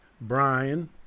brian